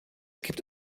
gibt